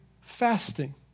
Fasting